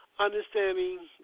Understanding